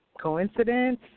Coincidence